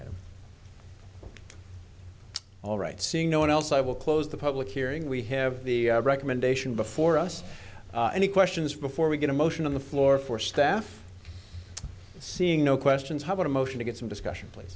item all right seeing no one else i will close the public hearing we have the recommendation before us any questions before we get a motion on the floor for staff seeing no questions how about a motion to get some discussion pl